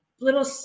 little